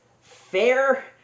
Fair